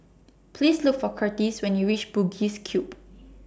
Please Look For Curtis when YOU REACH Bugis Cube